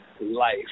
life